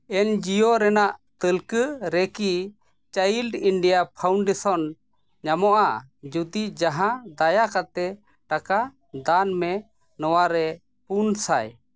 NGO ᱨᱮᱱᱟᱜ ᱛᱟᱹᱞᱠᱟᱹ ᱨᱮᱠᱤ ᱪᱟᱭᱤᱞᱰ ᱤᱱᱰᱤᱭᱟ ᱯᱷᱟᱣᱩᱱᱰᱮᱥᱚᱱ ᱧᱟᱢᱚᱜᱼᱟ ᱡᱩᱫᱤ ᱡᱟᱦᱟᱸ ᱫᱟᱭᱟ ᱠᱟᱛᱮᱫ ᱴᱟᱠᱟ ᱫᱟᱱ ᱢᱮ ᱱᱚᱣᱟᱨᱮ ᱯᱩᱱ ᱥᱟᱭ